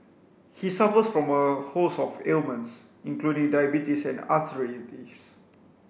he suffers from a host of ailments including diabetes and arthritis